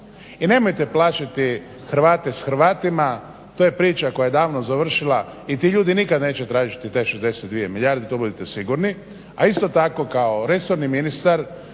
I nemojte plašiti Hrvate s Hrvatima, to je priča koja je davno završila i ti ljudi nikad neće tražiti te 62 milijarde , to budite sigurni. A isto tako kao resorni ministar